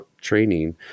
training